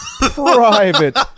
private